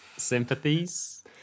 sympathies